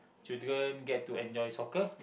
children get to enjoy soccer